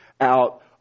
Out